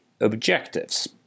objectives